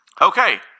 Okay